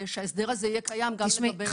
שההסדר הזה יהיה קיים גם לגבי --- תשמעי,